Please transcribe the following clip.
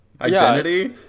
Identity